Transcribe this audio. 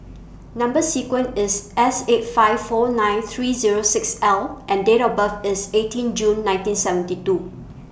Number sequence IS S eight five four nine three Zero six L and Date of birth IS eighteen June nineteen seventy two